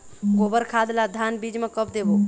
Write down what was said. गोबर खाद ला धान बीज म कब देबो?